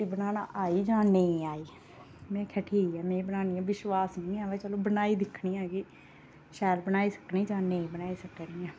रुट्टी बनाना आई जां नेईं आई में आक्खेआ की ठीक ऐ में बनान्नी आं विश्वास निं ऐ पर चलो बनाई दिक्खनी आं कि शैल बनाई सकनीं जां नेईं बनाई सकनीं ऐ